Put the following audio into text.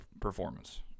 performance